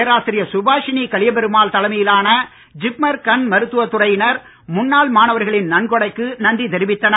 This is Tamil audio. பேராசிரியர் சுபாஷினி கலியபெருமாள் தலைமையிலான ஜிப்மர் கண் மருத்துவத் துறையினர் முன்னாள் மாணவர்களின் நன்கொடைக்கு நன்றி தெரிவித்தனர்